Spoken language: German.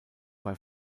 bei